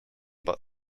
but